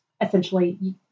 essentially